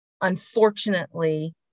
unfortunately